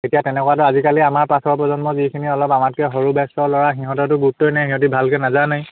এতিয়া তেনেকুৱাতো আজিকালি আমাৰ পাছৰ প্ৰজন্ম যিখিনি অলপ আমাতকৈ সৰু বেট্ছৰ ল'ৰা সিহঁতেতো গুৰুত্বই নিদিয়ে সিহঁতি ভালকৈ নাজানেই